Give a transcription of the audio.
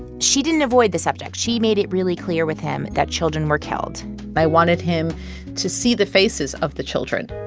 she didn't avoid the subject. she made it really clear with him that children were killed i wanted him to see the faces of the children.